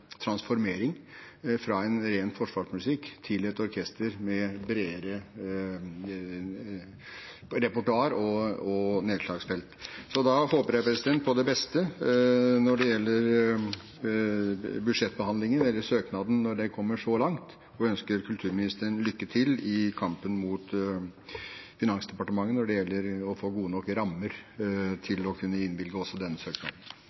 orkester med et bredere repertoar og nedslagsfelt. Så jeg håper på det beste når det gjelder budsjettbehandlingen, eller søknaden, når det kommer så langt. Og jeg ønsker kulturministeren lykke til i kampen mot Finansdepartementet når det gjelder å få gode nok rammer til å kunne innvilge også denne søknaden.